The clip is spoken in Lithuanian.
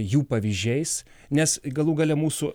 jų pavyzdžiais nes galų gale mūsų